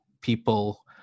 people